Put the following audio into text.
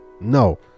No